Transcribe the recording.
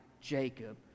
Jacob